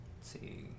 see